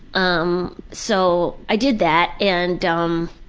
um, so i did that and um.